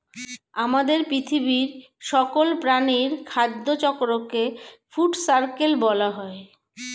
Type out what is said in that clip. আমাদের পৃথিবীর সকল প্রাণীর খাদ্য চক্রকে ফুড সার্কেল বলা হয়